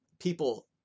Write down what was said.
People